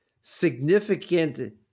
significant